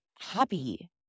happy